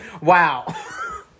Wow